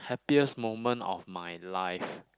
happiest moment of my life